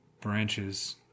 branches